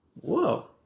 Whoa